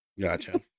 Gotcha